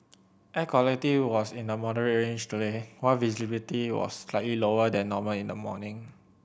air quality was in the moderate range today while visibility was slightly lower than normal in the morning